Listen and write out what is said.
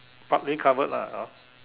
partly covered lah ah